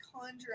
conjure